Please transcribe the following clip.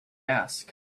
ask